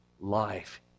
life